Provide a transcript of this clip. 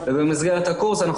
ובמסגרת הקורס,